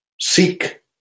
seek